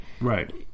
Right